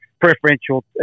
preferential